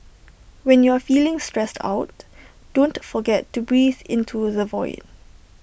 when you are feeling stressed out don't forget to breathe into the void